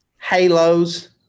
halos